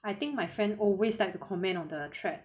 I think my friend always like to comment on the track